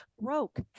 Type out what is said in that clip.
broke